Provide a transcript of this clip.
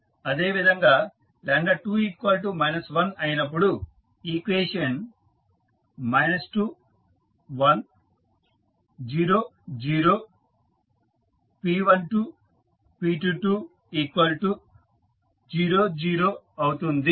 అదే విధంగా 2 1అయినపుడు ఈక్వేషన్ 2 1 0 0 p12 p22 0 0 అవుతుంది